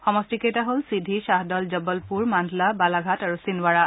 সমষ্টিকেইটা হ'ল ছিধি খাহদল জববলপুৰ মাণ্ডলা বালাঘাট আৰু ছিনৱাৰা